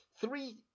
three